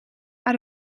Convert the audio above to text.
out